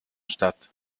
statt